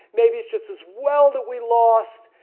maybe it's just as well that we lost.